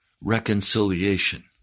reconciliation